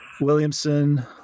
Williamson